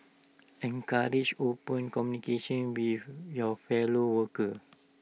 encourage open communication with your fellow workers